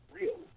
real